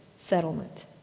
settlement